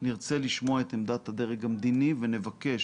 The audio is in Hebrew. נרצה לשמוע את עמדת הדרג המדיני ונבקש